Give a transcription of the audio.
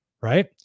right